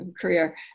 career